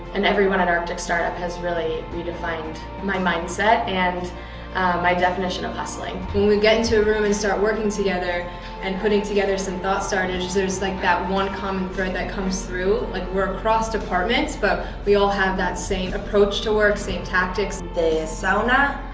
and everyone at arcticstartup has really redefined my mindset and my definition of hustling. when we get into a room and start working together and putting together some thought-starters, there's like that one common thread that comes through. like, we're across departments, but we all have that same approach to work, same tactics. the sauna,